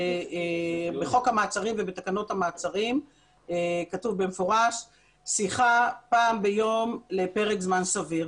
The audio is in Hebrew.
בחוק המעצרים ובתקנות המעצרים כתוב במפורש שיחה פעם ביום לפרק זמן סביר.